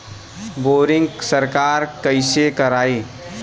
Boring सरकार कईसे करायी?